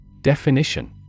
Definition